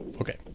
okay